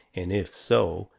and if so,